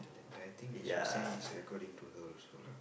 then I think they should send this recording to her also lah